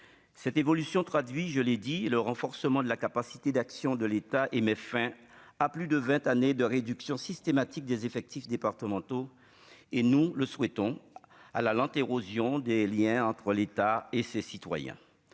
cette évolution traduit, je l'ai dit, le renforcement de la capacité d'action de l'État et met fin à plus de 20 années de réduction systématique des effectifs départementaux et nous le souhaitons à la lente érosion des Liens entre l'État et ses citoyens